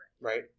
right